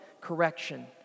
correction